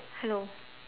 hello